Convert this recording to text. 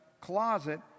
closet